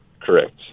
Correct